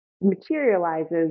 materializes